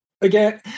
again